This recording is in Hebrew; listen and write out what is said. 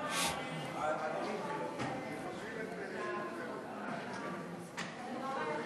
של עבריין מין לסביבת נפגע העבירה (תיקון,